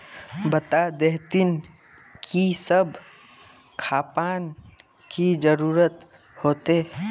बता देतहिन की सब खापान की जरूरत होते?